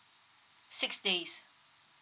six days